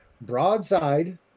broadside